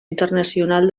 internacional